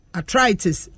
Arthritis